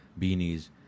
beanies